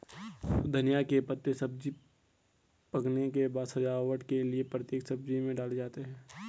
धनिया के पत्ते सब्जी पकने के बाद सजावट के लिए प्रत्येक सब्जी में डाले जाते हैं